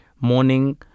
morning